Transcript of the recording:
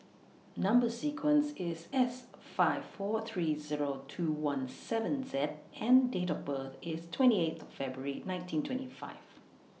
Number sequence IS S five four three Zero two one seven Z and Date of birth IS twenty eighth February nineteen twenty five